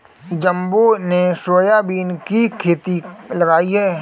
जम्बो ने सोयाबीन की खेती लगाई है